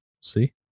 See